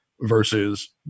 Versus